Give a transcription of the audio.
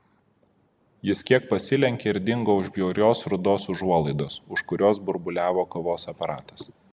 jis kiek pasilenkė ir dingo už bjaurios rudos užuolaidos už kurios burbuliavo kavos aparatas